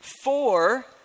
Four